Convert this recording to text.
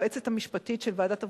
היועצת המשפטית של ועדת העבודה,